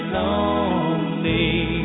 lonely